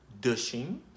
dushing